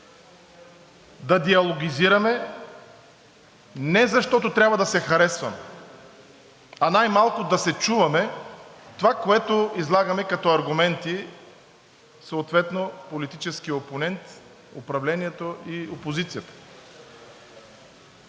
Да диалогизираме не защото трябва да се харесваме, а най-малко да чуваме това, което излагаме като аргументи, съответно политическият опонент, управлението и опозицията.